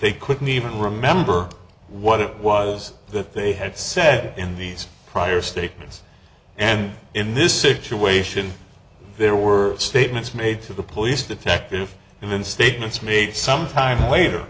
they couldn't even remember what it was that they had said in these prior statements and in this situation there were statements made to the police detective and then statements made sometime later